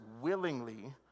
willingly